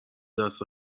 دست